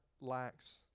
lacks